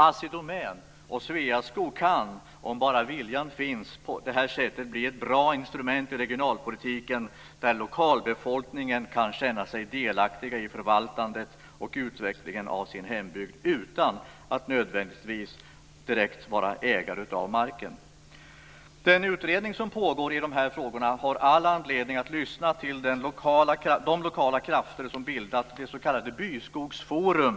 Assi Domän och Sveaskog kan, om bara viljan finns, på detta sätt bli ett bra instrument i regionalpolitiken där lokalbefolkningen kan känna sig delaktig i förvaltandet och utvecklingen av sin hembygd utan att nödvändigtvis vara direkt ägare av marken. Den utredning som pågår i de här frågorna har all anledning att lyssna till de lokala krafter som bildat det s.k. Byskogsforum.